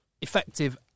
effective